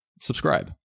subscribe